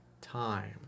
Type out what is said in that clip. time